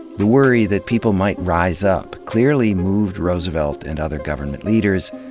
the worry that people might rise up clearly moved roosevelt and other government leaders.